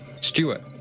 Stewart